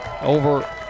over